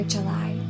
July